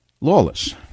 Lawless